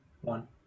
One